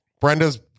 Brenda's